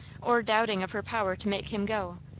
or doubting of her power to make him go,